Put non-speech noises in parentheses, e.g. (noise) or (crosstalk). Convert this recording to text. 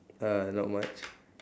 uh not much (noise)